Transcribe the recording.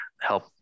help